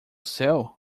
seu